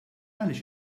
għaliex